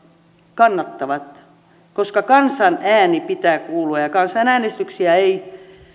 kannattavat koska kansan äänen pitää kuulua ja kansanäänestyksiä ei